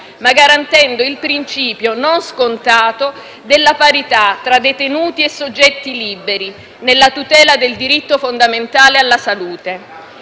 ma garantendo il principio non scontato della parità tra detenuti e soggetti liberi nella tutela del diritto fondamentale alla salute.